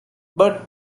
but